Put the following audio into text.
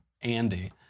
Andy